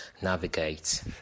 navigate